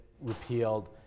repealed